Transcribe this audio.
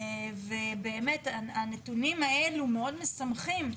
הנתונים האלו מאוד משמחים,